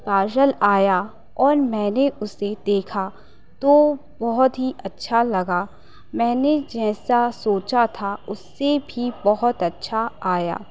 partial आया और मैंने उसे देखा तो बहुत ही अच्छा लगा मैंने जैसा सोचा था उससे भी बहुत अच्छा आया